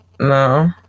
No